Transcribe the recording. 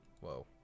whoa